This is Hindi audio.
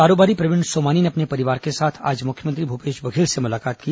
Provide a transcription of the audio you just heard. कारोबारी प्रवीण सोमानी ने अपने परिवार के साथ आज मुख्यमंत्री भूपेश बघेल से मुलाकात की